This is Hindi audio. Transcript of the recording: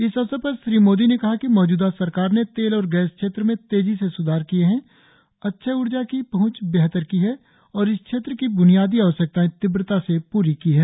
इस अवसर पर श्री मोदी ने कहा कि मौजूदा सरकार ने तेल और गैस क्षेत्र में तेजी से सुधार किए हैं अक्षय ऊर्जा की पहुंच बेहतर की है और इस क्षेत्र की बुनियादी आवश्यकताएं तीव्रता से पूरी की है